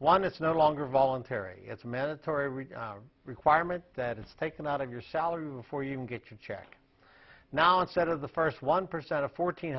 one it's no longer voluntary it's mandatory requirement that it's taken out of your salary before you can get your check now instead of the first one percent of fourteen